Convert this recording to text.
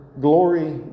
glory